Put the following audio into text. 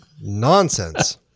nonsense